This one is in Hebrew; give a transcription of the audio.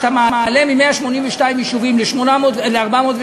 כשאתה מעלה מ-182 יישובים ל-403,